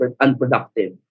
unproductive